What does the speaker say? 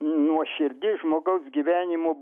nuoširdi žmogaus gyvenimo